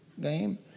game